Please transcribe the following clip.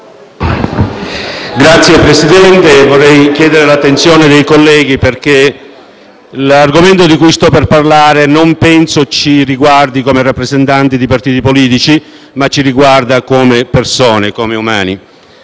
Signor Presidente, vorrei chiedere l'attenzione dei colleghi, perché l'argomento di cui sto per parlare non penso ci riguardi come rappresentanti di partiti politici, ma come persone ed esseri umani.